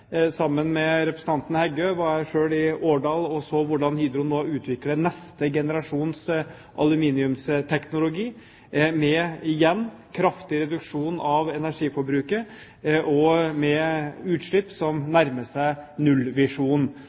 Sammen med representanten Heggø var jeg selv i Årdal og så hvordan Hydro nå utvikler neste generasjons aluminiumsteknologi med – igjen – kraftig reduksjon av energiforbruket, og med utslipp som nærmer seg nullvisjonen.